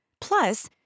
Plus